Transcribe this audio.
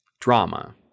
Drama